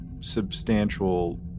substantial